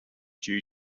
due